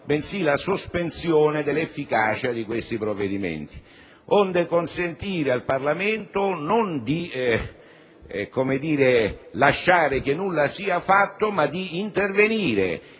bensì la sospensione dell'efficacia di questi provvedimenti onde consentire al Parlamento, non di lasciare che nulla sia fatto, ma di intervenire